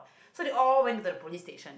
so they all went to the police station